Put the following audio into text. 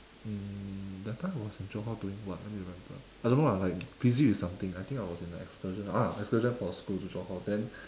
um that time I was in johor doing what let me remember I don't know lah like busy with something I think I was in an excursion or ah excursion for school to johor then